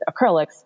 acrylics